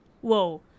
Whoa